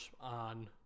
on